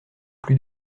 plus